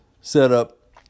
setup